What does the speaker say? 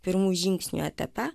pirmų žingsnių apie tą